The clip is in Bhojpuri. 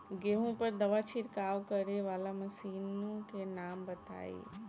गेहूँ पर दवा छिड़काव करेवाला मशीनों के नाम बताई?